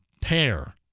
pair